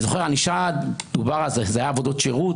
זה היה עבודות שירות,